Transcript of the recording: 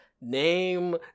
name